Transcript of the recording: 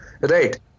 Right